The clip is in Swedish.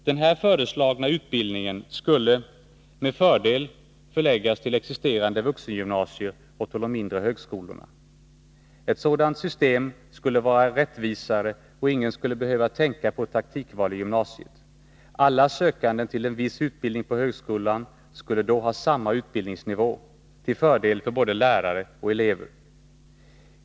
Den här föreslagna utbildningen skulle med fördel kunna förläggas till existerande vuxengymnasier och de mindre högskolorna. Ett sådant system skulle vara rättvisare än det nuvarande, och ingen skulle behöva tänka på taktikvali gymnasiet. Alla sökande till en viss utbildning på högskolan skulle då ha samma utbildningsnivå, vilket skulle vara till fördel för både lärare och elever.